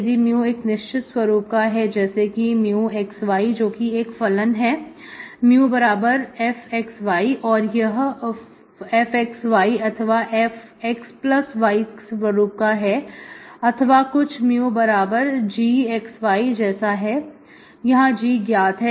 यदि mu एक निश्चित स्वरूप का है जैसे कि μx y जो कि एक फलन है μfऔर यह f अथवा fx y स्वरूप का है अथवा कुछ μgx y जैसा है जहां g ज्ञात है